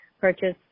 purchase